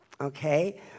okay